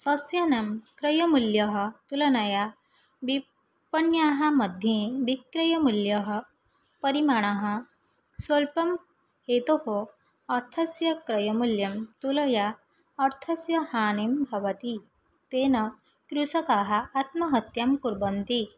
सस्यानां क्रयमूल्यं तुलनया विपण्याः मध्ये विक्रयमूल्यं परिमाणं स्वल्पं हेतोः अर्थस्य क्रयमूल्यं तुलया अर्थस्य हानिः भवति तेन कृषकाः आत्महत्यां कुर्वन्ति